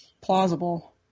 plausible